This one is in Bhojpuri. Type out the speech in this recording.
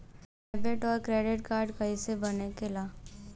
डेबिट और क्रेडिट कार्ड कईसे बने ने ला?